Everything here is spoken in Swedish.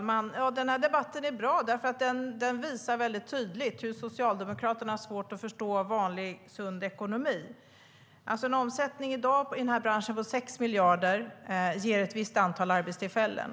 Herr talman! Den här debatten är bra. Den visar tydligt att Socialdemokraterna har svårt att förstå vanlig sund ekonomi. En omsättning i dag i branschen på 6 miljarder ger ett visst antal arbetstillfällen.